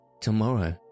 tomorrow